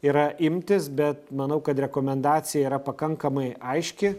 yra imtis bet manau kad rekomendacija yra pakankamai aiški